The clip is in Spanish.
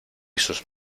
sus